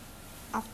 ya